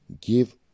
Give